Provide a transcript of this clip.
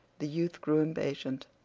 the youth grew impatient.